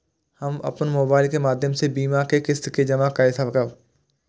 हम अपन मोबाइल के माध्यम से बीमा के किस्त के जमा कै सकब?